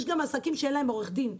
יש גם עסקים שאין להם עורך דין,